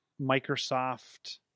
microsoft